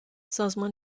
سازمان